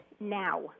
now